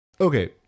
okay